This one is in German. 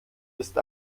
ist